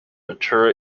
mature